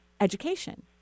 education